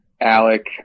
alec